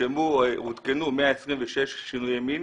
עודכנו 126 שינויי מין